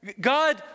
God